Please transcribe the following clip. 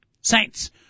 Saints